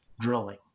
drilling